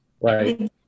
Right